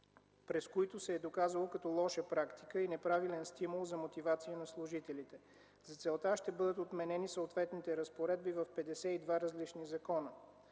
през които се е доказало като лоша практика и неправилен стимул за мотивация на служителите. За целта ще бъдат отменени съответните разпоредби в петдесет и два различни закона.